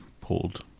pulled